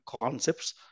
concepts